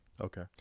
Okay